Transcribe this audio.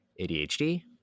ADHD